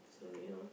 so you know